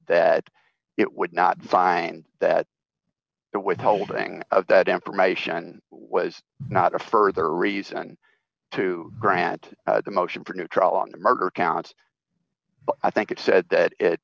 that it would not find that that withholding of that information was not a further reason to grant the motion for new trial on the murder count i think it said that it